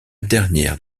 dernière